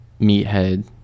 meathead